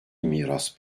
miras